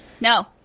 no